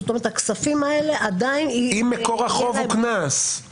הכספים האלה עדיין יהיה להם --- אם מקור החוב הוא קנס.